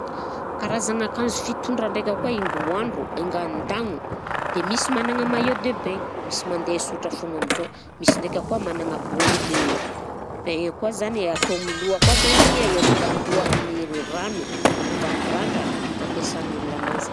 Karazagna akanjo fitondra ndraika koa hingo handro, hainga handagno, dia misy managna maillot de bain, misy mandeha sotra foagna amizao, misy ndraika koa managna bonnet de baigna koa zany, atao am'loha koa zany igny a iarovany loha amin'ny rano, ialovany randrana, ampiasan'olona ananzy.